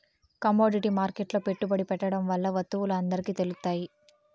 commodity మార్కెట్లో పెట్టుబడి పెట్టడం వల్ల వత్తువులు అందరికి తెలుత్తాయి